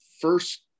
first